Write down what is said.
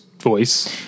voice